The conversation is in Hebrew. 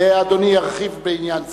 ואדוני ירחיב בעניין זה.